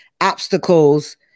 obstacles